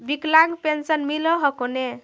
विकलांग पेन्शन मिल हको ने?